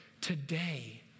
today